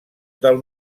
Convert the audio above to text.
del